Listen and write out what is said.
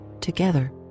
together